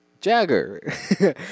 Jagger